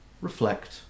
reflect